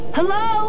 Hello